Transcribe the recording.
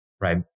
right